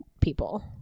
people